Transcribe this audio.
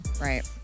right